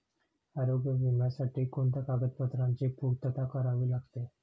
आरोग्य विम्यासाठी कोणत्या कागदपत्रांची पूर्तता करावी लागते?